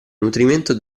nutrimento